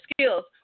skills